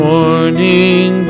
Morning